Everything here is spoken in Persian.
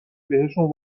بهشون